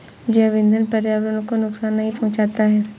जैव ईंधन पर्यावरण को नुकसान नहीं पहुंचाता है